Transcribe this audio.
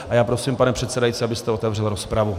A já prosím, pane předsedající, abyste otevřel rozpravu.